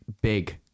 big